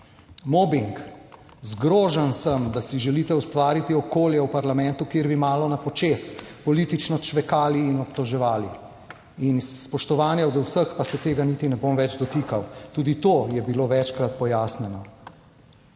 Mobing: Zgrožen sem, da si želite ustvariti okolje v parlamentu, kjer bi malo na počez politično čvekali in obtoževali. In iz spoštovanja do vseh, pa se tega niti ne bom več dotikal. Tudi to je bilo večkrat pojasnjeno.